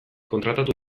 kontratatu